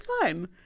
fine